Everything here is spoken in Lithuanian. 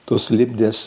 tos lipdės